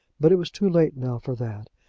but it was too late now for that,